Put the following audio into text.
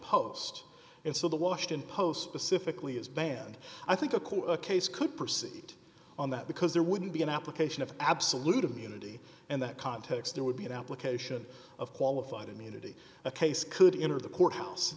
post and so the washington post pacifically is banned i think a court case could proceed on that because there wouldn't be an application of absolute immunity and that context there would be an application of qualified immunity a case could enter the court house